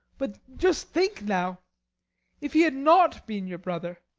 but just think now if he had not been your brother!